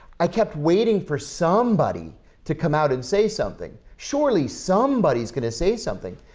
i kept waiting for somebody to come out and say something. surely, somebody's going to say something.